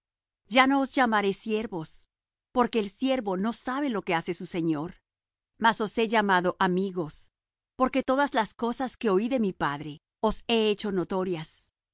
ya no os llamaré siervos porque el siervo no sabe lo que hace su señor mas os he llamado amigos porque todas las cosas que oí de mi padre os he hecho notorias